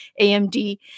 AMD